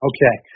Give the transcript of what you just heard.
Okay